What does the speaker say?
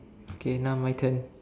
okay now my turn